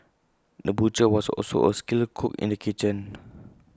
the butcher was also A skilled cook in the kitchen